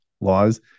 laws